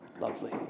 lovely